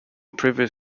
privy